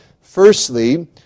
Firstly